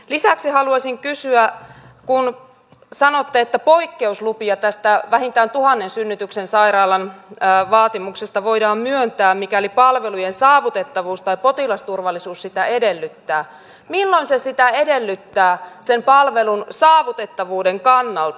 lisäksi haluaisin kysyä kun sanotte että poikkeuslupia tästä vähintään tuhannen synnytyksen sairaalan vaatimuksesta voidaan myöntää mikäli palvelujen saavutettavuus tai potilasturvallisuus sitä edellyttää milloin se sitä edellyttää sen palvelun saavutettavuuden kannalta